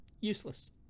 useless